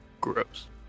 gross